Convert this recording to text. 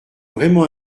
vraiment